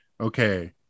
Okay